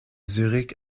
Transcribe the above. zurich